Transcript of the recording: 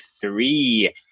three